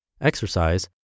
Exercise